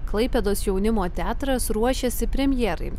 klaipėdos jaunimo teatras ruošiasi premjerai